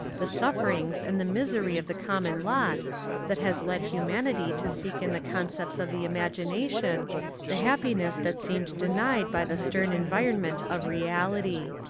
the sufferings and the misery of the common lot that has led hu manity to seek in the concepts of the imagina tion the happiness that seemed denied by the stern environment of reality.